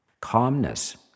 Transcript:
calmness